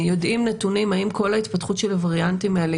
יודעים נתונים האם כל ההתפתחות של הווריאנטים האלה